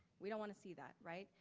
we don't wanna see that, right?